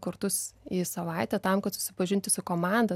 kartus į savaitę tam kad susipažinti su komanda